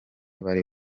bari